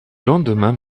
lendemain